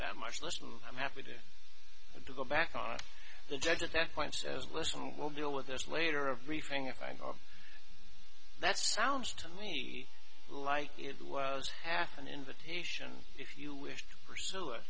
that much listen i'm happy to have to go back on the judge at that point says listen well deal with this later everything if i don't that sounds to me like it was half an invitation if you wish to pursue it